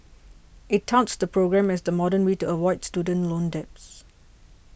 it touts the program as the modern way to avoid student loan debts